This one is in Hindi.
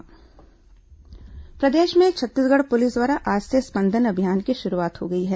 स्पंदन अभियान प्रदेश में छत्तीसगढ़ पुलिस द्वारा आज से स्पंदन अभियान की शुरूआत हो गई है